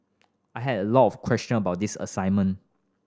I had a lot of question about this assignment